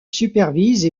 supervise